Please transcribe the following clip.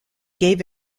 gave